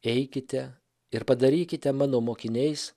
eikite ir padarykite mano mokiniais